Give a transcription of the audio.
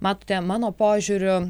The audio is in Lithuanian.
matote mano požiūriu